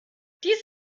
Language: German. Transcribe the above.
dies